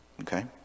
Okay